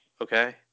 okay